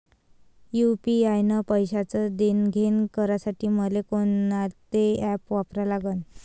UPI न पैशाचं देणंघेणं करासाठी मले कोनते ॲप वापरा लागन?